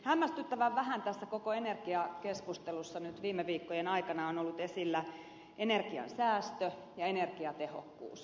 hämmästyttävän vähän tässä koko energiakeskustelussa nyt viime viikkojen aikana on ollut esillä energiansäästö ja energiatehokkuus